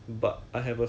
mm